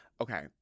Okay